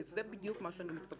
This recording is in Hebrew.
לזה בדיוק אני מתכוונת.